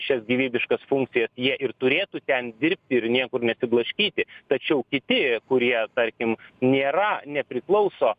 šias gyvybiškas funkcijas jie ir turėtų ten dirbti ir niekur nesiblaškyti tačiau kiti kurie tarkim nėra nepriklauso